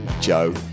Joe